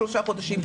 שלושה חודשים.